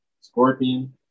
Scorpion